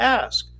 ask